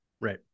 Right